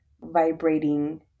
vibrating